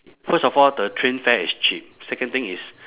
first of all the train fare is cheap second thing is